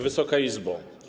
Wysoka Izbo!